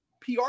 PR